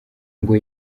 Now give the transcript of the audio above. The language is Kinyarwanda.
ngo